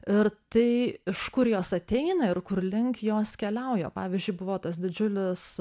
ir tai iš kur jos ateina ir kur link jos keliauja pavyzdžiui buvo tas didžiulis